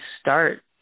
start